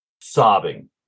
sobbing